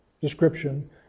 description